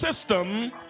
system